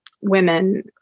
women